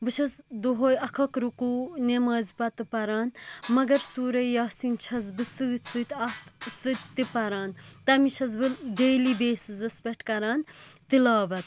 بہٕ چھَس دۄہَے اَکھ اَکھ رُکوہ نٮ۪مازِ پَتہٕ پَران مَگَر سورہ یاسیٖن چھَس بہٕ سٍتۍ سٍتۍ اَتھ سٍتۍ تہِ پَران تِمہٕ چھَس بہٕ ڈیلی بیٚسِزس پیٚٹھ کَران تِلاوَت